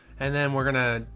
and then we're going to,